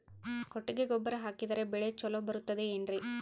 ಕೊಟ್ಟಿಗೆ ಗೊಬ್ಬರ ಹಾಕಿದರೆ ಬೆಳೆ ಚೊಲೊ ಬರುತ್ತದೆ ಏನ್ರಿ?